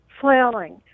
flailing